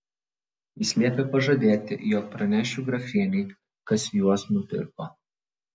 jis liepė pažadėti jog pranešiu grafienei kas juos nupirko